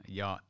ja